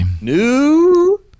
new